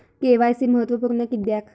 KYC महत्त्वपुर्ण किद्याक?